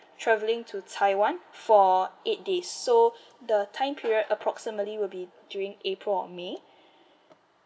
travelling to taiwan for eight days so the time period approximately will be during april or may